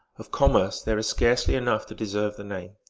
of commerce there is scarcely enough to deserve the name.